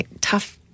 tough